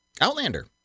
Outlander